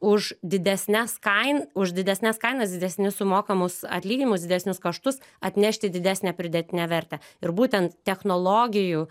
už didesnes kain už didesnes kainas didesnius sumokamus atlyginimus didesnius kaštus atnešti didesnę pridėtinę vertę ir būtent technologijų